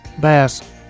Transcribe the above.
Bass